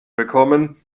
bekommen